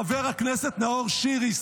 חבר הכנסת נאור שירי,